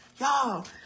y'all